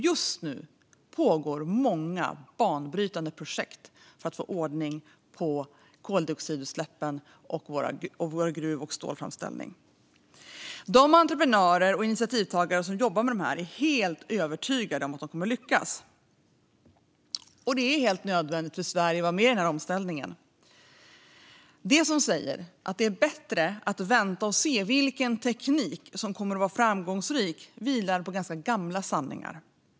Just nu pågår många banbrytande projekt för att få ordning på koldioxidutsläppen, på vår gruvverksamhet och på vår stålframställning. De entreprenörer och initiativtagare som jobbar med dessa projekt är helt övertygade om att de kommer att lyckas. Det är helt nödvändigt för Sverige att vara med i denna omställning. De som säger att det är bättre att vänta och se vilken teknik som kommer att vara framgångsrik vilar på ganska gamla sanningar.